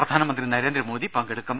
പ്രധാനമന്ത്രി നരേന്ദ്രമോദി പങ്കെടുക്കും